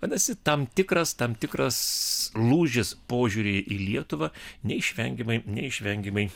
vadinasi tam tikras tam tikras lūžis požiūry į lietuvą neišvengiamai neišvengiamai